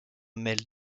mêle